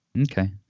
Okay